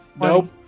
Nope